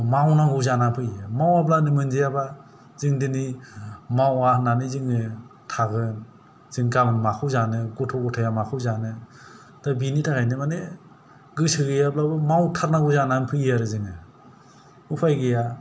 मावनांगौ जानानै फैयो मावाबानो मोनजायाबा जों दोनै मावा होन्नानै जोङो थागोन जों गाबोन माखौ जानो गथ' गथाइया माखौ जानो दा बेनि थाखायनो माने गोसो गैयाब्लाबो मावथारनांगौ जानानै फैयो आरो जोङो उपाय गैया